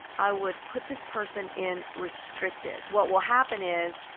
i would put this person in restricted. what will happen is,